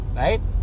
right